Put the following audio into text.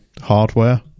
hardware